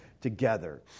together